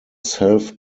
self